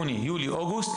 יוני יולי ואוגוסט,